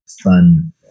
fun